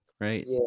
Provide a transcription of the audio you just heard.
right